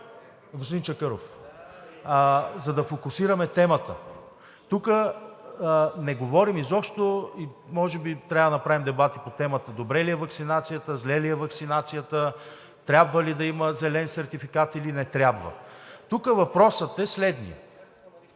господин Чакъров, за да фокусираме темата – тук не говорим изобщо и може би трябва да направим дебати по темата: добре ли е ваксинацията, зле ли е ваксинацията, трябва ли да има зелен сертификат, или не трябва? Тук въпросът е следният: